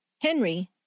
Henry